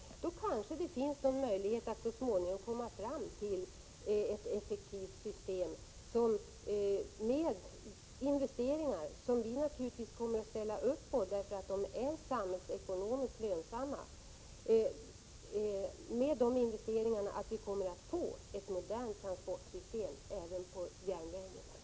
Då kanske det finns en möjlighet att så småningom komma fram till ett effektivt system. Med erforderliga investeringar — som vi politiker naturligtvis kommer att ställa oss bakom, därför att de är ekonomiskt lönsamma — kommer Sverige att få ett modernt transportsystem även på järnvägen.